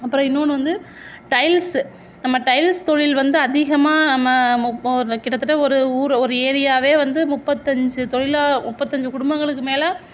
அப்பறம் இன்னொன்று வந்து டைல்ஸு நம்ம டைல்ஸ் தொழில் வந்து அதிகமாக நம்ம ஊரில் கிட்டத்தட்ட ஒரு ஊர் ஒரு ஏரியாவே வந்து முப்பத்தஞ்சு தொழிலாளி முப்பத்தஞ்சு குடும்பங்களுக்கு மேல்